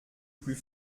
plus